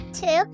two